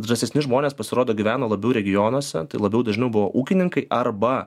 drąsesni žmonės pasirodo gyveno labiau regionuose tai labiau dažniau buvo ūkininkai arba